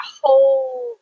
whole